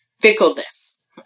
fickleness